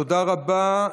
תודה רבה.